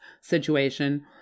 situation